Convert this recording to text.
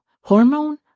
Hormone